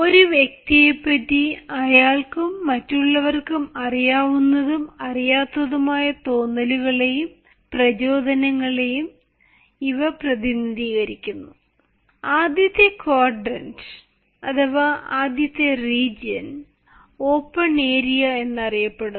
ഒരു വ്യക്തിയെപ്പറ്റി അയാൾക്കും മറ്റുള്ളവർക്കും അറിയാവുന്നതും അറിയാത്തതുമായ തോന്നലുകളേയും പ്രചോദനങ്ങളേയും ഇവ പ്രതിനിധീകരിക്കുന്നു ആദ്യത്തെ ക്വാഡ്രന്റ് അഥവാ ആദ്യത്തെ റീജിയൺ ഓപ്പൺ ഏരിയ എന്നറിയപ്പെടുന്നു